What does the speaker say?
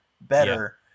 better